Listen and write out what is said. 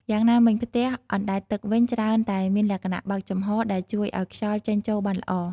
យ៉ាងណាមិញ ផ្ទះអណ្ដែតទឹកវិញ ច្រើនតែមានលក្ខណៈបើកចំហរ ដែលជួយឲ្យខ្យល់ចេញចូលបានល្អ។